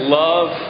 love